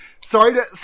sorry